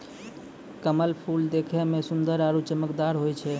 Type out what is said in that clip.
कमल फूल देखै मे सुन्दर आरु चमकदार होय छै